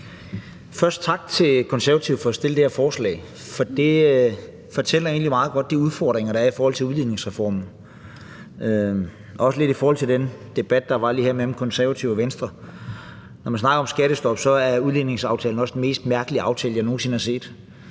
Først tak til Konservative for at fremsætte det her forslag, for det fortæller egentlig meget godt om de udfordringer, der er i forhold til udligningsreformen, og også lidt om den debat, der var lige før mellem Konservative og Venstre. Når man snakker om skattestop, er udligningsaftalen også den mest mærkelige aftale, jeg nogen sinde har set.